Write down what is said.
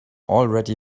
already